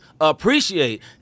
appreciate